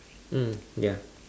mm ya